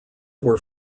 were